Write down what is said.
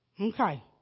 Okay